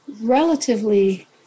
relatively